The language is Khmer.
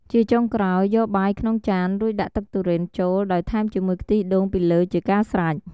ជាចុងក្រោយ យកបាយក្នុងចានរួចដាក់ទឹកទុរេនចូល ដោយថែមជាមួយខ្ទិះដូងពីលើជាការស្រេច។